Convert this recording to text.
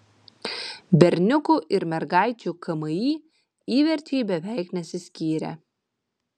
berniukų ir mergaičių kmi įverčiai beveik nesiskyrė